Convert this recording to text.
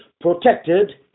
protected